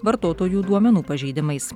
vartotojų duomenų pažeidimais